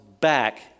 back